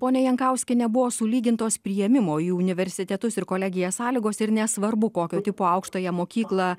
ponia jankauskiene buvo sulygintos priėmimo į universitetus ir kolegijas sąlygos ir nesvarbu kokio tipo aukštąją mokyklą